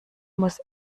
muss